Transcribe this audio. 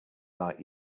like